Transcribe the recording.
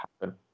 happen